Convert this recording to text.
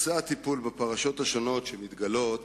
הטיפול בפרשות השונות שמתגלות